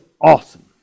awesome